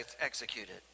executed